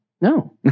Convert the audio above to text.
No